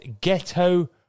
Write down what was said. Ghetto